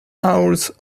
hours